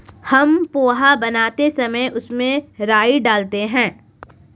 हम पोहा बनाते समय उसमें राई डालते हैं